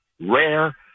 rare